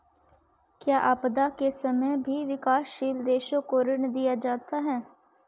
क्या आपदा के समय भी विकासशील देशों को ऋण दिया जाता है?